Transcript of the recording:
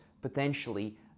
potentially